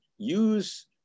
use